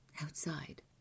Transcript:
outside